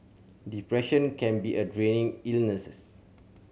depression can be a draining illness